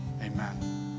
Amen